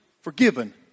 forgiven